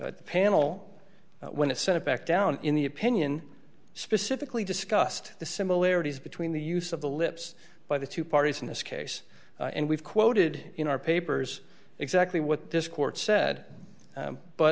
panel when it sent it back down in the opinion specifically discussed the similarities between the use of the lips by the two parties in this case and we've quoted in our papers exactly what this court said